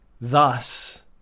Thus